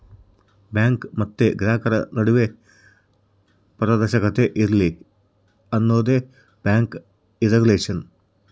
bank ಮತ್ತೆ ಗ್ರಾಹಕರ ನಡುವೆ ಪಾರದರ್ಶಕತೆ ಇರ್ಲಿ ಅನ್ನೋದೇ ಬ್ಯಾಂಕ್ ರಿಗುಲೇಷನ್